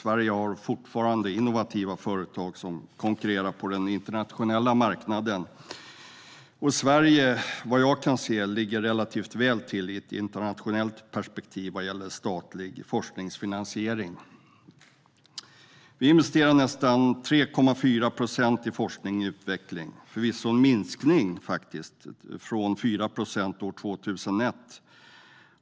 Sverige har fortfarande innovativa företag som konkurrerar på den internationella marknaden, och Sverige ligger, vad jag kan se, relativt väl till i ett internationellt perspektiv vad gäller statlig forskningsfinansiering. Vi investerar nästan 3,4 procent i forskning och utveckling, även om det förvisso är en minskning från 4 procent år 2001.